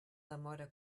demora